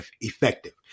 effective